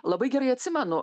labai gerai atsimenu